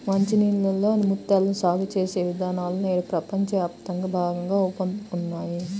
మంచి నీళ్ళలో ముత్యాలను సాగు చేసే విధానాలు నేడు ప్రపంచ వ్యాప్తంగా బాగా ఊపందుకున్నాయి